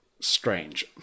strange